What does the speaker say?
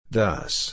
Thus